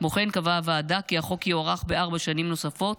כמו כן קבעה הוועדה כי החוק יוארך בארבע שנים נוספות,